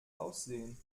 aussehen